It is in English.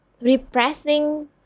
repressing